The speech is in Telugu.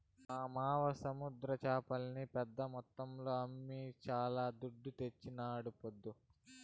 మా మావ సముద్ర చేపల్ని పెద్ద మొత్తంలో అమ్మి శానా దుడ్డు తెచ్చినాడీపొద్దు